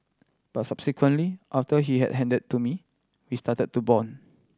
but subsequently after he had handed to me we started to bond